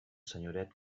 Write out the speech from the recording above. senyoret